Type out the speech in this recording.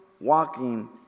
walking